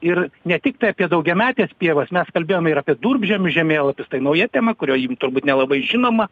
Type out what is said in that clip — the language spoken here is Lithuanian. ir ne tiktai apie daugiametes pievas mes kalbėjom ir apie durpžemių žemėlapius tai nauja tema kurio jim turbūt nelabai žinoma